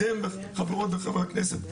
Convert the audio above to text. לכן חברות וחברי הכנסת,